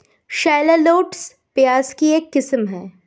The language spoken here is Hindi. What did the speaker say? शैललॉटस, प्याज की एक किस्म है